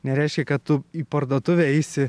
nereiškia kad tu į parduotuvę eisi